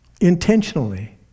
intentionally